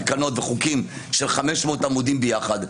תקנות וחוקים של 500 עמודים ביחד.